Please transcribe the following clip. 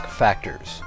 factors